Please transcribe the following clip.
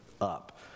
up